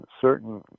certain